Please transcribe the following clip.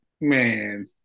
Man